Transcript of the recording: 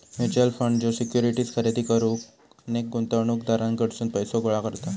mutual fund ज्यो securities खरेदी करुक अनेक गुंतवणूकदारांकडसून पैसो गोळा करता